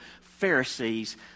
Pharisees